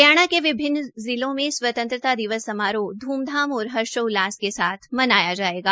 हरियाणा के विभिन्न जिलों में स्वतंत्रता दिवस समारोह ध्मधाम और हर्षोल्लास के साथ मनाया जायेगा